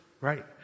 right